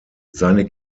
seine